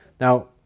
Now